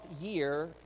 year